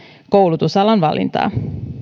koulutusalan valintaa